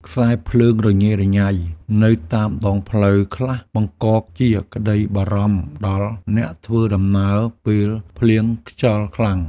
ខ្សែភ្លើងរញ៉េរញ៉ៃនៅតាមដងផ្លូវខ្លះបង្កជាក្តីបារម្ភដល់អ្នកធ្វើដំណើរពេលភ្លៀងខ្យល់ខ្លាំង។